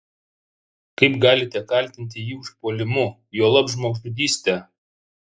kaip galite kaltinti jį užpuolimu juolab žmogžudyste